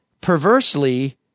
perversely